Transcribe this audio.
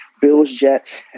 Bills-Jets